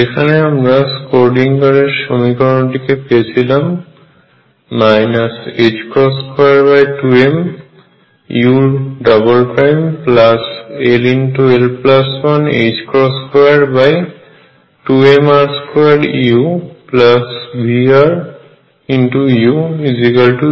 যেখানে আমরা স্ক্রোডিঙ্গারের সমীকরণটিকেSchrödinger equation পেয়েছিলাম 22mull122mr2uVruEu